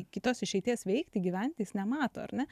kitos išeities veikti gyventi jis nemato ar ne